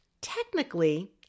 Technically